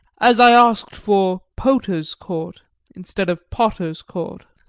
as i asked for poter's court instead of potter's court.